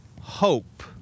hope